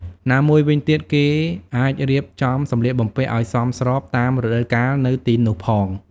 ណាមួយវិញទៀត គេអាចរៀបចំសម្លៀកបំពាក់ឱ្យសមស្របតាមរដូវកាលនៅទីនោះផង។